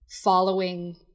following